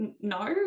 no